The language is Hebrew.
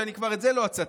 שאת זה אני כבר לא אצטט.